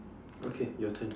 okay your turn